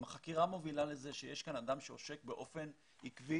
אם החקירה מובילה לזה שיש כאן אדם שעושק באופן עקבי,